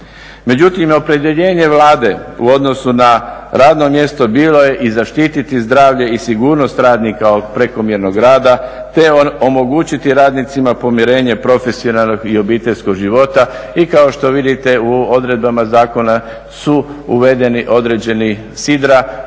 Međutim, opredjeljenje Vlade u odnosu na radno mjesto bilo je i zaštititi zdravlje i sigurnost radnika od prekomjernog rada te omogućiti radnicima pomirenje profesionalnog i obiteljskog života i kao što vidite u odredbama zakona su uvedena određena sidra